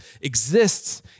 exists